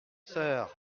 sœurs